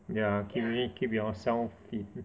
ya keep me keep yourself fit